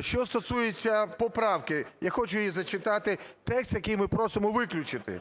Що стосується поправки, я хочу її зачитати, текст, який ми просимо виключити: